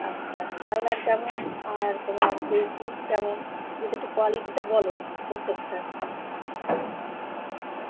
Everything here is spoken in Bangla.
আচ্ছা ব্রয়লার কেমন আর তোমার দেশি কেমন যদি একটু কোয়ালিটিটা বলো প্রত্যেকটার